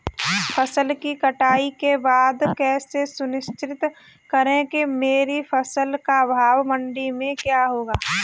फसल की कटाई के बाद कैसे सुनिश्चित करें कि मेरी फसल का भाव मंडी में क्या होगा?